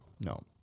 No